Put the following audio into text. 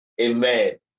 Amen